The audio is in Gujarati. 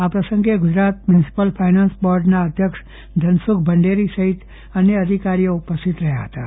આ પ્રસંગે ગુજરાત મ્યુનિસિપલ ફાયનાન્સ બોર્ડના ચેરમેન ધનસુખભાઇ ભંડેરી સહિત અન્ય અધિકારીઓ પણ ઉપસ્થિત રહ્યાં હતાં